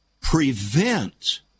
prevent